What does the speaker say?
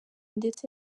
ndetse